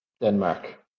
Denmark